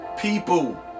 people